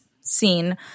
scene